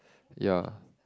ya